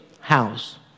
house